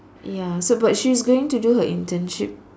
ya so but she's going to do her internship